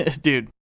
Dude